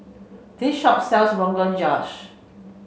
this shop sells Rogan Josh